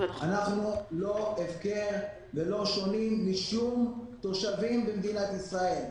אנחנו לא הפקר ולא שונים מתושבים אחרים במדינת ישראל.